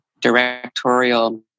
directorial